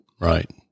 Right